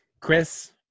Chris